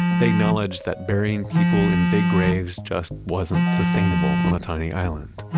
they acknowledged that burying people in big graves just wasn't sustainable on a tiny island.